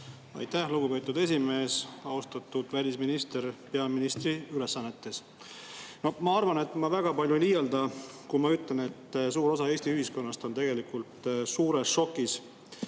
Aitäh, lugupeetud esimees! Austatud välisminister peaministri ülesannetes! Ma arvan, et ma väga palju ei liialda, kui ma ütlen, et suur osa Eesti ühiskonnast on suures šokis